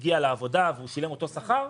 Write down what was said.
הגיע לעבודה והוא שילם אותו שכר,